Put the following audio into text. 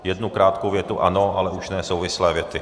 Jednu krátkou větu ano, ale už ne souvislé věty.